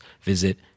visit